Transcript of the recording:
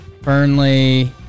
Burnley